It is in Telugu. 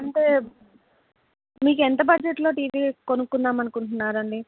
అంటే మీకేంత బడ్జెట్లో టీవీ కొనుక్కుందామనుకుంటున్నారండి